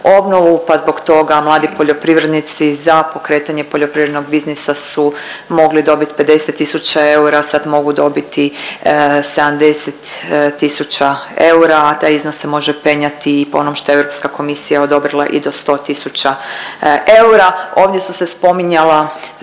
pa zbog toga mladi poljoprivrednici za pokretanje poljoprivrednog biznisa su mogli dobit 50 tisuća eura, sad mogu dobiti 70 tisuća eura, a taj iznos se može penjati i po onom što je Europska komisija odobrila i do 100 tisuća eura.